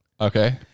Okay